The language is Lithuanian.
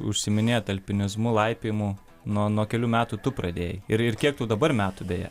užsiiminėt alpinizmu laipiojimu nuo kelių metų tu pradėjai ir kiek tau dabar metų beje